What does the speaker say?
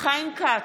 חיים כץ,